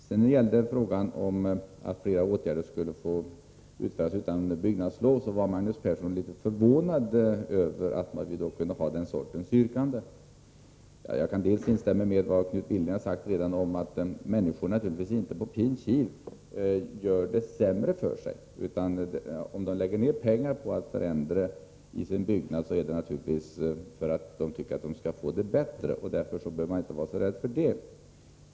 Vad så gäller frågan om att flera åtgärder skulle få vidtas utan byggnadslov var Magnus Persson förvånad över den sortens yrkanden. Jag kan instämma med Knut Billing om att människor naturligtvis inte på pin kiv gör det sämre för sig. Om de lägger ned pengar på förändringar av sina hus, så gör de naturligtvis detta därför att de vill få det bättre. Det är alltså något som man inte behöver vara så rädd för.